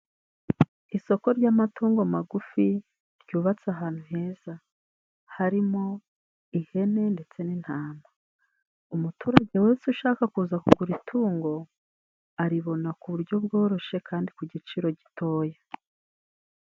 Isoko ry'amatungo magufi ryubatse ahantu heza, harimo ihene, ndetse n'intama, umuturage weseze ushaka kuza kugura itungo, aribona ku buryo bworoshye kandi ku giciro gitoya.